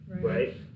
right